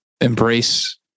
embrace